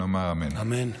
ונאמר אמן.